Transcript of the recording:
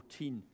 14